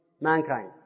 Mankind